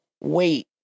Wait